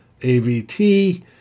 AVT